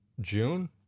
june